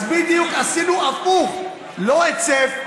אז בדיוק עשינו הפוך, לא היצף.